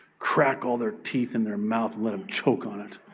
crack all their teeth in their mouth, let him choke on it.